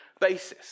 basis